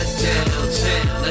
Downtown